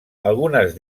algunes